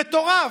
מטורף,